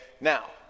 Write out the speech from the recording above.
now